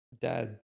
Dad